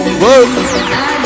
Whoa